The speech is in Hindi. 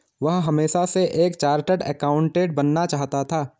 वह हमेशा से एक चार्टर्ड एकाउंटेंट बनना चाहता था